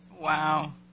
Wow